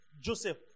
Joseph